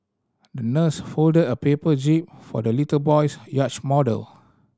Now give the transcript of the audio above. the nurse folded a paper jib for the little boy's yacht model